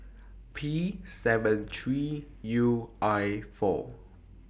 P seven three U I four